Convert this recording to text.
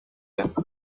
bafite